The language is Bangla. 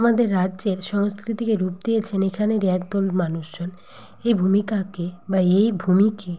আমাদের রাজ্যের সংস্কৃতিকে রূপ দিয়েছেন এখানেরই এক দল মানুষজন এই ভূমিকাকে বা এই ভূমিকে